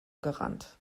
gerannt